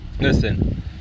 Listen